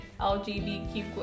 LGBTQ